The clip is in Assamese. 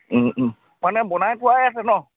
মানে বনাই থোৱাই আছে নহ্